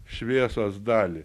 šviesos dalį